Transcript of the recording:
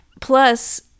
plus